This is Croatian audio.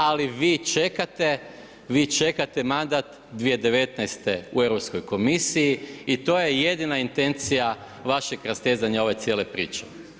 Ali vi čekate mandat 2019. u Europskoj komisiji i to je jedina intencija vašeg rastezanja ove cijele priče.